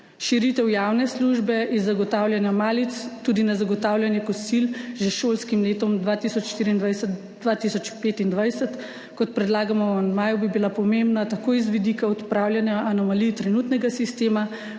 Širitev javne službe zagotavljanja malic tudi na zagotavljanje kosil že s šolskim letom 2024/2025, kot predlagamo v amandmaju, bi bila pomembna tako z vidika odpravljanja anomalij trenutnega sistema